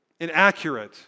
inaccurate